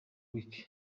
week